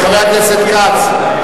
חבר הכנסת כץ,